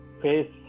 face